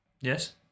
Yes